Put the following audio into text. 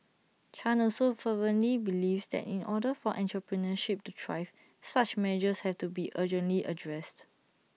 chan also fervently believes that in order for entrepreneurship to thrive such measures have to be urgently addressed